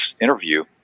interview